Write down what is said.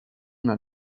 una